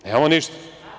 Nemamo ništa.